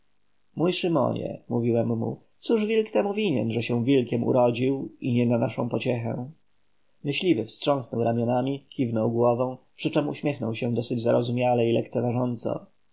mój szymonie mówiłem mu cóż wilk temu winien że się wilkiem urodził i nie na naszą pociechę myśliwy wstrząsał ramionami kiwał głową przyczem uśmiechał się dosyć zarozumiale i lekceważąco